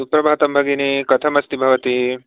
सुप्रभातं भगिनि कथम् अस्ति भवति